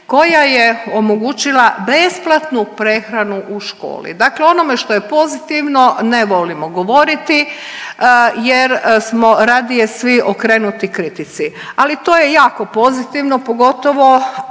koja je omogućila besplatnu prehranu u školi. Dakle, o onome što je pozitivno ne volimo govoriti jer smo radije svi okrenuti kritici, ali to je jako pozitivno pogotovo